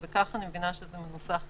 וכך אני מבינה שזה מנוסח כרגע,